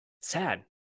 sad